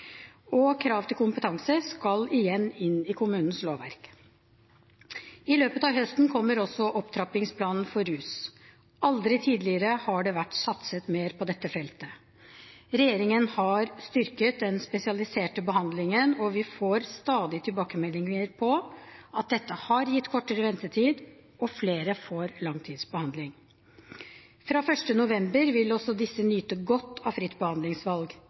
Og krav til kompetanse skal igjen inn i kommunenes lovverk. I løpet av høsten kommer også opptrappingsplanen for rusfeltet. Aldri tidligere har det vært satset mer på dette området. Regjeringen har styrket den spesialiserte behandlingen. Vi får stadig tilbakemeldinger på at dette har gitt kortere ventetid, og flere får langtidsbehandling. Fra 1. november vil også disse nyte godt av fritt behandlingsvalg.